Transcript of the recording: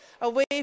away